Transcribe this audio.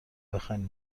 بخواین